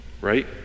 right